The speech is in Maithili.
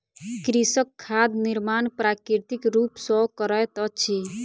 कृषक खाद निर्माण प्राकृतिक रूप सॅ करैत अछि